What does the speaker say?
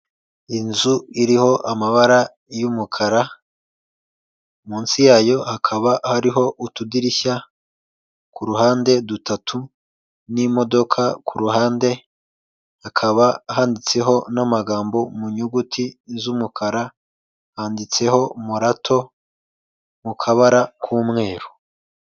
Inzu iriho amabara y'umukara munsi yayo hakaba hariho utudirishya ku ruhande dutatu n'imodoka ku ruhande, hakaba handitseho n'amagambo mu nyuguti z'umukara handitseho morato mu kabara k'umweru.